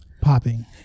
popping